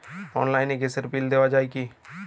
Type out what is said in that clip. অনলাইনে গ্যাসের বিল দেওয়া যায় কি?